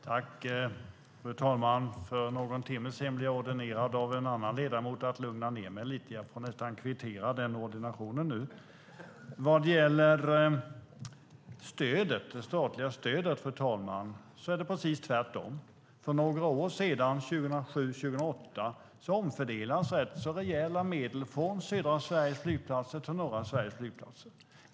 Fru talman! För någon timme sedan blev jag ordinerad av en annan ledamot att lugna ned mig lite. Jag får nästan kvittera den ordinationen nu. Vad gäller det statliga stödet, fru talman, är det precis tvärtom. För några år sedan, 2007-2008, omfördelades rätt rejäla medel från södra Sveriges flygplatser till norra Sveriges flygplatser.